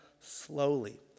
slowly